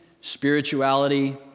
spirituality